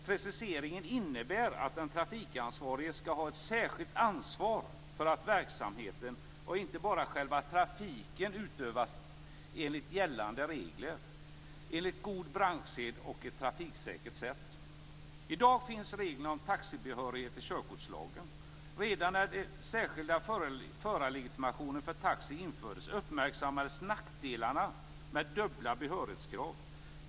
Preciseringen innebär att den trafikansvarige skall ha ett särskilt ansvar för att verksamheten, och inte bara själva trafiken, utövas enligt gällande regler, enligt god branschsed och på ett trafiksäkert sätt. I dag finns reglerna om taxibehörighet i körkortslagen. Redan när den särskilda förarlegitimationen för taxi infördes uppmärksammades nackdelarna med dubbla behörighetskrav.